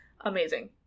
amazing